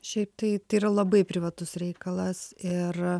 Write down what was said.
šiaip tai tai yra labai privatus reikalas ir